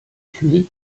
tuées